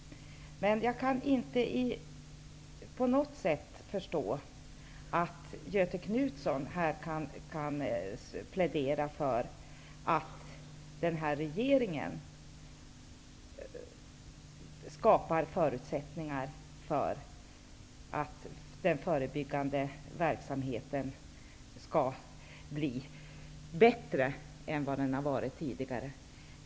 Men jag kan inte på något sätt förstå att Göthe Knutson kan påstå att den här regeringen skapar förutsättningar för att den förebyggande verksamheten skall bli bättre än vad den har varit tidigare.